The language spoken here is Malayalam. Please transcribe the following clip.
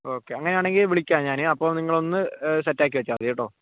ഓക്കേ അങ്ങനെയാണെങ്കിൽ വിളിക്കാം ഞാൻ അപ്പോൾ നിങ്ങളൊന്ന് സെറ്റ് ആക്കി വെച്ചാൽ മതി കേട്ടോ